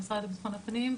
המשרד לביטחון הפנים,